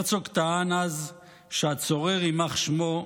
הרצוג טען אז שהצורר, יימח שמו,